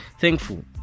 thankful